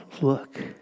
look